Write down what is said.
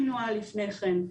אם נוהל לפני כן.